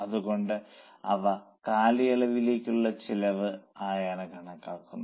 അതുകൊണ്ട് അവ കാലയളവിലേക്കുള്ള ചെലവ് ആയാണ് കണക്കാക്കുന്നത്